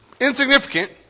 insignificant